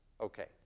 Okay